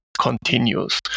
continues